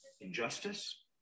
injustice